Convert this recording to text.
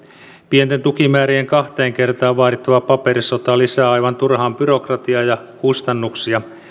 pienten tukimäärien kahteen kertaan vaadittava paperisota lisää aivan turhaan byrokratiaa ja kustannuksia